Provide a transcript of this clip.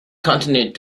continued